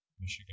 Michigan